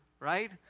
right